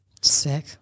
Sick